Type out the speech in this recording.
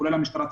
כולל המשטרה,